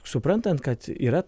suprantant kad yra